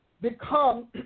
become